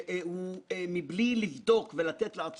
שתמיד אני אומר: אילו הקירות היו יכולים לדבר